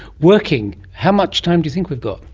working. how much time do you think we've got?